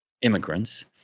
immigrants